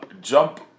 jump